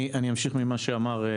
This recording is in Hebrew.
אמשיך מדברי